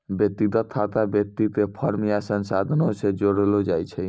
व्यक्तिगत खाता व्यक्ति के फर्म या संस्थानो से जोड़लो जाय छै